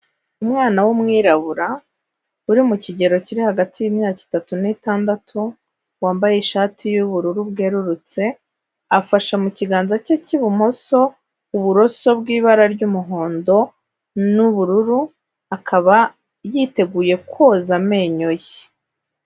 Umwana w'umwirabura uri mu kigero kiri hagati y'imyaka itatu n'itandatu, wambaye ishati y'ubururu bwerurutse, afashe mu kiganza cye cy'ibumoso uburoso bw'ibara ry'umuhondo n'ubururu akaba yiteguye koza amenyo ye.